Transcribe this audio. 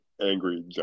angry